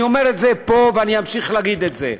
אני אומר את זה פה, ואני אמשיך להגיד את זה.